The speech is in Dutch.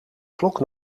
klok